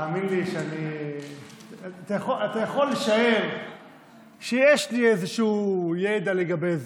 אתה יכול לשער שיש לי איזשהו ידע לגבי זה,